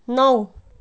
नौ